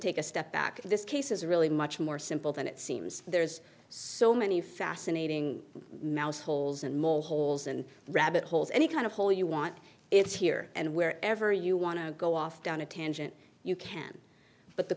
take a step back this case is really much more simple than it seems there's so many fascinating malice holes and mole holes and rabbit holes any kind of hole you want it's here and where ever you want to go off down a tangent you can but the